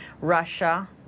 Russia